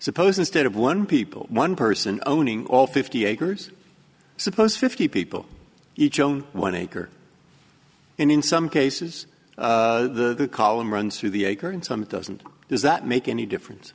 suppose instead of one people one person owning all fifty acres suppose fifty people each own one acre and in some cases the column runs through the acre and some it doesn't does that make any difference